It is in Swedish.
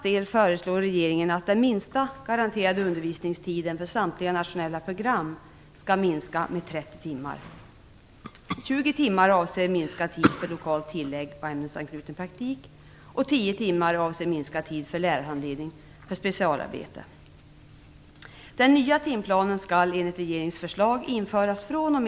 Ulf Melin sade att besparingarna har gått ljudlöst förbi.